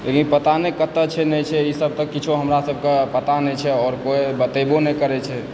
लेकिन पता नहि कतए छै नहि छै ईसभ किछु हमरा सभके पता नहि छै आओर कोई बतेबो नहि करै छै